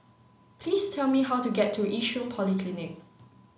please tell me how to get to Yishun Polyclinic